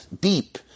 deep